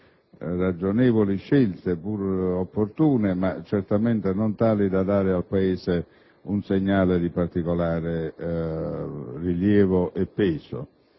ragionevoli e opportune, ma certamente non tali da dare al Paese un segnale di particolare rilievo e peso.